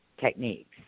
techniques